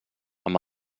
amb